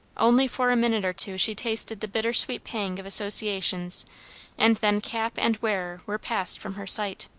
only for a minute or two she tasted the bitter-sweet pang of associations and then cap and wearer were passed from her sight.